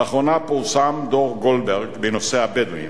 לאחרונה פורסם דוח-גולדברג בנושא הבדואים.